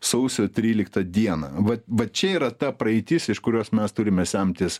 sausio tryliktą dieną vat vat čia yra ta praeitis iš kurios mes turime semtis